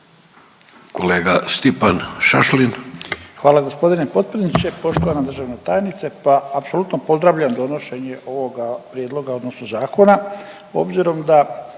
Stipan (HDZ)** Hvala gospodine potpredsjedniče. Poštovana državna tajnice, pa apsolutno pozdravljam donošenje ovoga prijedloga odnosno zakona, obzirom da